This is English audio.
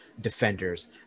defenders